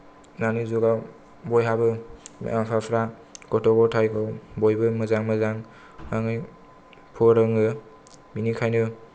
दानि जुगाव बयहाबो बिमा बिफाफ्रा गथ' गथायखौ बयबो मोजां मोजांयै फोरोङो बिनिखायनो